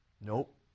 Nope